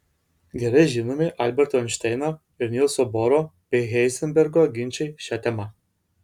gerai žinomi alberto einšteino ir nilso boro bei heizenbergo ginčai šia tema